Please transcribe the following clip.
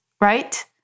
right